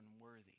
unworthy